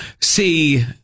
see